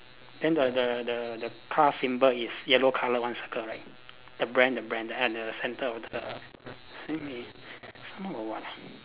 then the the the the car symbol is yellow colour one circle right the brand the brand at the centre of the simi some more got what ah